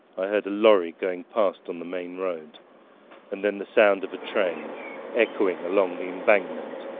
i heard a lorry going past on the main road and then the sound of a train echoing along the embankment.